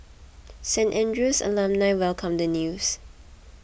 Saint Andrew's alumni welcomed the news